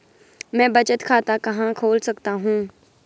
मैं बचत खाता कहां खोल सकता हूँ?